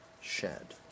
shed